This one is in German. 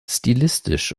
stilistisch